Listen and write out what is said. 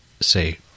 say